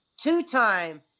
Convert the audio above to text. two-time